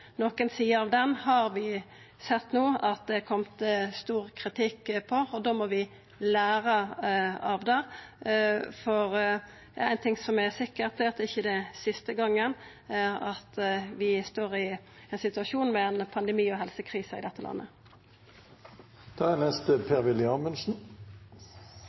sider av den har vi sett at det no har kome stor kritikk av. Da må vi læra av det, for det er ein ting som er sikkert, og det er at det ikkje er siste gongen vi står i ein situasjon med ein pandemi og ei helsekrise i dette landet. Representanten Toppe er